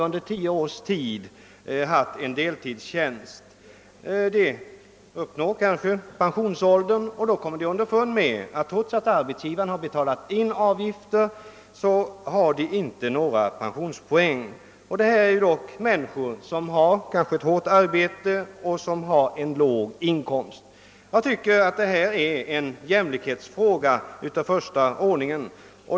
När de så uppnår pensionsåldern finner de att de inte har några pensionspoäng, trots att arbetsgivaren har betalat in avgiften. Det gäller som sagt här människor med många gånger hårda arbeten och låga inkomster, och därför tycker jag att vi här har att göra med en jämlikhetsfråga av första ordningen.